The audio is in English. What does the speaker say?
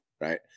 right